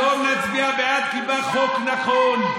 היום נצביע בעד, כי בא חוק נכון.